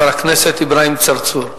חבר הכנסת אברהים צרצור.